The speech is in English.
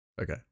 Okay